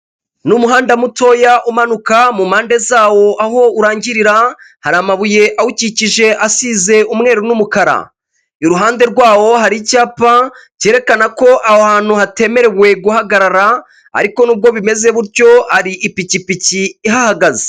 Ni umuhanda mutoya umanuka mu mpande zawo aho urangirira hari amabuye awukikije asize umweru n'umukara, iruhande rwawo hari icyapa cyerekana ko ahantu hatemerewe guhagarara ariko nubwo bimeze bityo hari ipikipiki ihagaze.